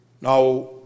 Now